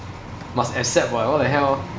must accept [what] what the hell